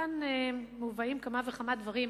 כאן מובאים כמה וכמה דברים,